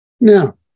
Now